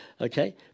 Okay